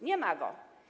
Nie ma go.